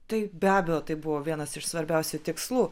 tai be abejo tai buvo vienas iš svarbiausių tikslų